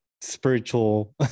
Spiritual